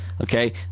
Okay